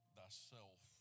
thyself